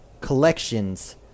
collections